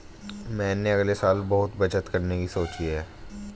मैंने अगले साल बहुत बचत करने की सोची है